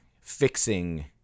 fixing